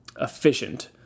efficient